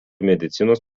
medicinos